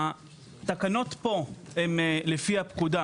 התקנות פה הן לפי הפקודה